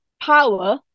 power